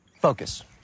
Focus